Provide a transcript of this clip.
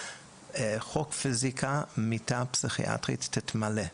חוק פיזיקה: מיטה פסיכיאטרית תתמלא.